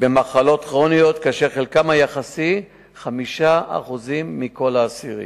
במחלות כרוניות, וחלקם היחסי הוא 5% מכלל האסירים.